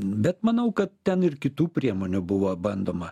bet manau kad ten ir kitų priemonių buvo bandoma